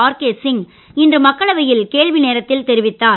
RK Singh இன்று மக்களவையில் கேள்வி நேரத்தில் தெரிவித்தார்